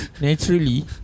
naturally